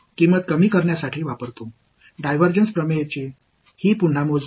இது டைவர்ஜன்ஸ் தியரதின் கணக்கீட்டு யோசனை